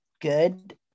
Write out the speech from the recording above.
good